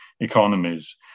economies